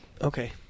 okay